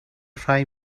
rhai